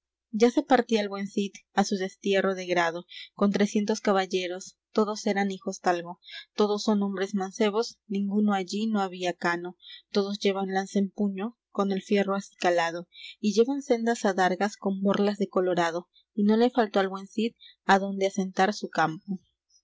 ya se partía el buen cid á su destierro de grado con trescientos caballeros todos eran hijosdalgo todos son hombres mancebos ninguno allí no había cano todos llevan lanza en puño con el fierro acicalado y llevan sendas adargas con borlas de colorado y no le faltó al buen cid adonde asentar su campo